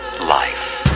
life